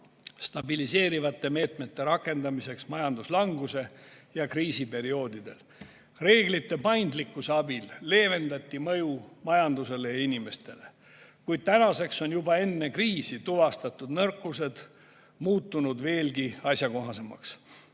stabiliseerivate meetmete rakendamiseks majanduslanguse ja kriisi perioodidel. Reeglite paindlikkuse abil leevendati kriisi mõju majandusele ja inimestele. Kuid tänaseks on juba enne kriisi tuvastatud nõrkused muutunud veelgi [ilmsemaks].